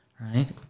right